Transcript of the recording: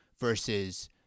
versus